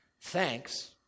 Thanks